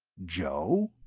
joe?